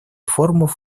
форумов